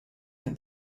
can